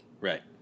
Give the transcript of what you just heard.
Right